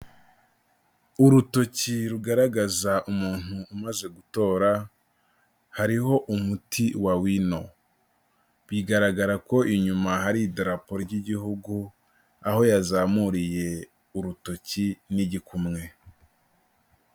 Urutoki rugaragaza umuntu umaze gutora, hariho umuti wa wino. Bigaragara ko inyuma hari idirapo ry'Igihugu, aho yazamuriye urutoki n'igikumwe.